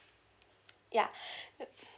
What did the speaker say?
ya